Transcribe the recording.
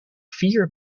vier